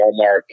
Walmart